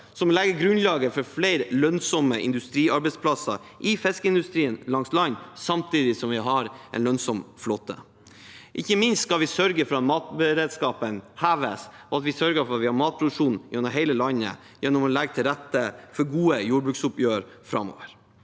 som legger grunnlaget for flere lønnsomme industriarbeidsplasser i fiskeindustrien langs land, samtidig som vi har en lønnsom flåte. Ikke minst skal vi sørge for at matberedskapen heves, og at vi har matproduksjon i hele landet, gjennom å legge til rette for gode jordbruksoppgjør framover.